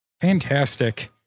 Fantastic